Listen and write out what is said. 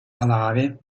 alare